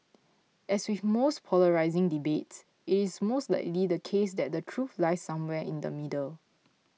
as with most polarising debates it is most likely the case that the truth lies somewhere in the middle